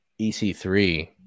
EC3